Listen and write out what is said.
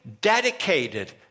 dedicated